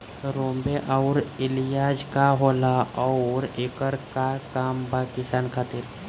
रोम्वे आउर एलियान्ज का होला आउरएकर का काम बा किसान खातिर?